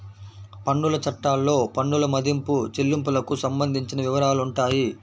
పన్నుల చట్టాల్లో పన్నుల మదింపు, చెల్లింపులకు సంబంధించిన వివరాలుంటాయి